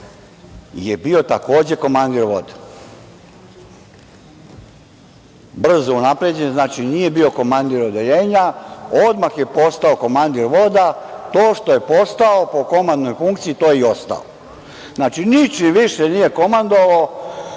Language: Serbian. je bio takođe komandir voda. Brzo unapređen, znači nije bio komandir odeljenja, odmah je postao komandir voda. To što je postao po komandnoj funkciji to je i ostao. Znači, ničim više nije komandovao